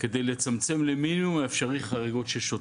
כדי לצמצם למינימום האפשרי חריגות של שוטרים.